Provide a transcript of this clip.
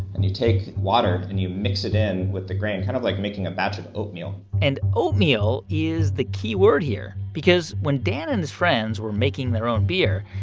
and you take water, and you mix it in with the grain, kind of like making a batch of oatmeal and oatmeal is the key word here because when dan and his friends were making their own beer,